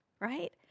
right